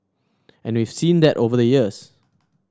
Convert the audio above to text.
and we've seen that over the years